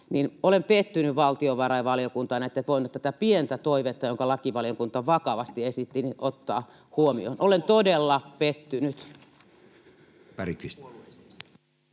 olen pettynyt valtiovarainvaliokuntaan, että ette voineet tätä pientä toivetta, jonka lakivaliokunta vakavasti esitti, ottaa huomioon. Olen todella pettynyt.